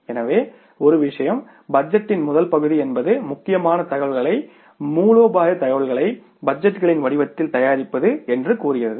எனவே ஒரு விஷயம் பட்ஜெட்டின் முதல் பகுதி என்பது முக்கியமான தகவல்களை மூலோபாய தகவல்களை பட்ஜெட்டுகளின் வடிவத்தில் தயாரிப்பது என்று கூறுகிறது